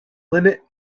limit